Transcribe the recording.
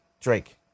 Drake